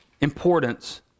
importance